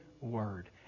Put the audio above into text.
word